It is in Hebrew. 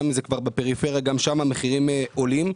גם בפריפריה המחירים עולים.